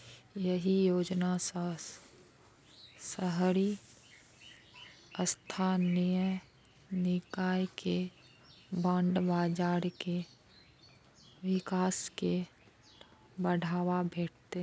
एहि योजना सं शहरी स्थानीय निकाय के बांड बाजार के विकास कें बढ़ावा भेटतै